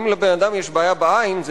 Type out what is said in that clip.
אבל אם לבן-אדם יש בעיה בעין,